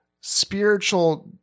spiritual